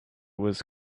was